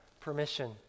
permission